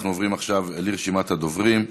אנחנו עוברים עכשיו לרשימת הדוברים.